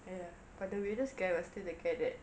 ya but the weirdest guy was still the guy that